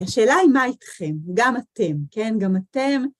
השאלה היא, מה איתכם? גם אתם, כן, גם אתם?